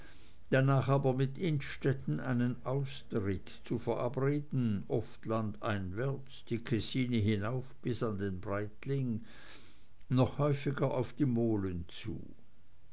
danach aber mit innstetten einen ausritt zu verabreden oft landeinwärts die kessine hinauf bis an den breitling noch häufiger auf die molen zu